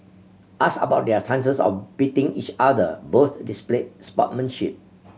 asked about their chances of beating each other both displayed sportsmanship